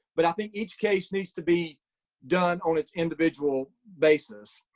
but i think each case needs to be done on its individual basis.